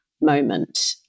moment